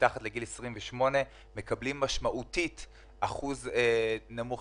מתחת לגיל 28 מקבלים אחוז נמוך